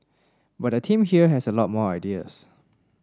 but the team here has a lot more ideas